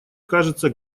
кажется